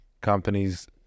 companies